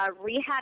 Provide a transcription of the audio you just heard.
rehab